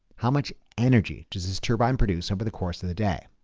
how much energy does this turbine produce over the course of the day?